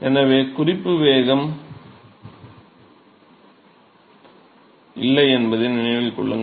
எனவே குறிப்பு வேகம் இல்லை என்பதை நினைவில் கொள்ளுங்கள்